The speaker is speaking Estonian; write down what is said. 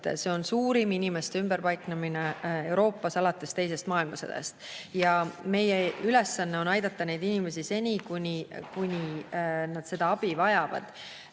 See on suurim inimeste ümberpaiknemine Euroopas alates Teisest maailmasõjast. Meie ülesanne on aidata neid inimesi seni, kuni nad abi vajavad.